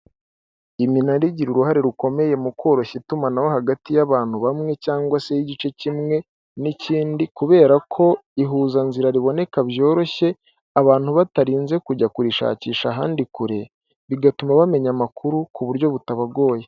Iminara igira uruhare rukomeye mu koroshya itumanaho hagati y'abantu bamwe cyangwa se y'igice kimwe n'ikindi, kubera ko ihuzanzira riboneka byoroshye, abantu batarinze kujya kurishakisha ahandi kure, bigatuma bamenya amakuru ku buryo butagoye.